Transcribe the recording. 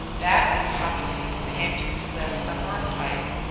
that is how the people came to possess the worm pipe.